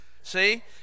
See